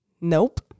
Nope